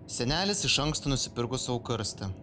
senelis iš anksto nusipirko sau karstą